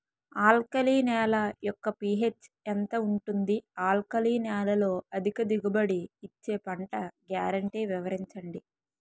Alkali నేల యెక్క pH ఎంత ఉంటుంది? ఆల్కలి నేలలో అధిక దిగుబడి ఇచ్చే పంట గ్యారంటీ వివరించండి?